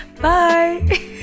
Bye